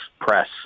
press